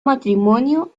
matrimonio